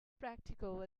practical